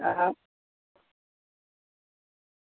હા